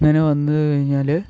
അങ്ങനെ വന്ന് കഴിഞ്ഞാൽ